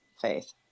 faith